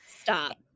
Stop